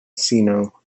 sino